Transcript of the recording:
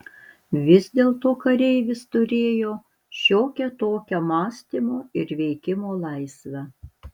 vis dėlto kareivis turėjo šiokią tokią mąstymo ir veikimo laisvę